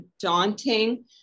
daunting